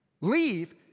Leave